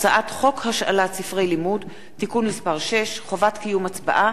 הצעת חוק השאלת ספרי לימוד (תיקון מס' 6) (חובת קיום הצבעה),